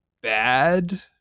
bad